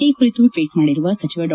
ಈ ಕುರಿತು ಟ್ವೀಟ್ ಮಾಡಿರುವ ಸಚಿವ ಡಾ